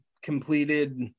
completed